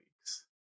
weeks